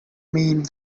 mean